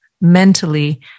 mentally